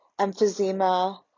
emphysema